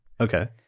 okay